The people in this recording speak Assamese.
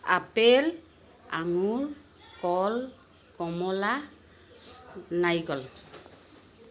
আপেল আঙুৰ কল কমলা নাৰিকল